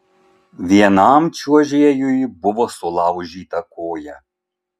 vienam čiuožėjui buvo sulaužyta koja